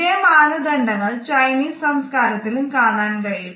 ഇതേ മാനദണ്ഡങ്ങൾ ചൈനീസ് സംസ്കാരത്തിലും കാണാൻ കഴിയും